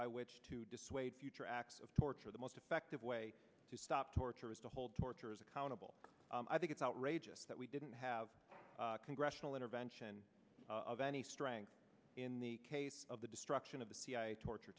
by which to dissuade future acts of torture the most effective way to stop torture is to hold torturers accountable i think it's outrageous that we didn't have congressional intervention of any strength in the case of the destruction of the cia torture